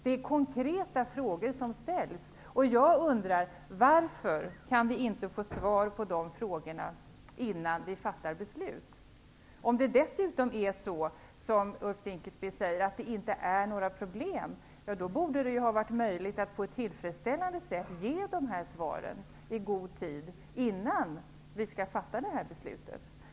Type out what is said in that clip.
Det är konkreta frågor som ställs. Jag undrar varför vi inte kan få svar på de frågorna innan vi fattar beslut. Om det dessutom är som Ulf Dinkelspiel säger, att det inte finns några problem, borde det ha varit möjligt att på ett tillfredsställande sätt ge de här svaren i god tid innan vi skall fatta beslutet.